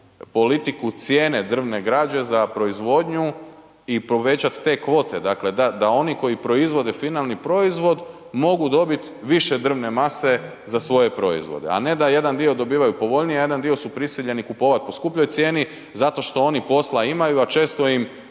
politiku cijene drvne građe za proizvodnju i povećati te kvote da oni koji proizvode finalni proizvod mogu dobiti više drvne mase za svoje proizvode, a ne da jedan dio dobivaju povoljnije, a jedan dio su prisiljeni kupovati po skupljoj cijeni zato što oni posla imaju, a često im